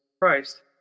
Christ